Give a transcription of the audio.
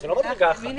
זה לא מדרגה אחת.